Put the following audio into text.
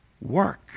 work